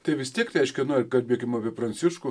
tai vis tiek reiškia nu ar kalbėkim apie pranciškų